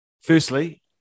Firstly